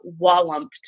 wallumped